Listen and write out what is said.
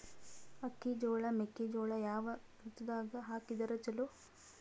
ಅಕ್ಕಿ, ಜೊಳ, ಮೆಕ್ಕಿಜೋಳ ಯಾವ ಋತುದಾಗ ಹಾಕಿದರ ಚಲೋ?